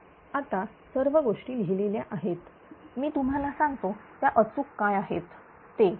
तर आता सर्व गोष्टी लिहिलेल्या आहेत मी तुम्हाला सांगतो त्या अचूक काय आहेत ते